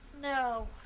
No